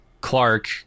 Clark